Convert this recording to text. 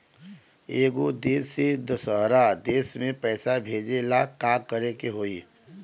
एगो देश से दशहरा देश मे पैसा भेजे ला का करेके होई?